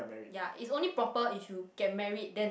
ya is only proper issue get married then have